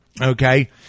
okay